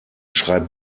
schreibt